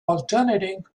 alternating